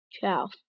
twelve